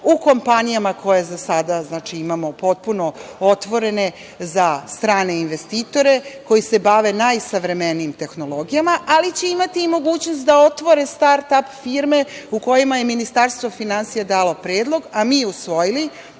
u kompanijama koje za sada imamo potpuno otvorene za strane investitore, koji se bave najsavremenijim tehnologijama, ali će imati i mogućnost da otvore start ap firme, u kojima je Ministarstvo finansija dalo predlog, a mi usvojili,